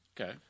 Okay